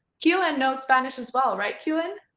keelan knows spanish as well, right keelan?